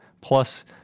Plus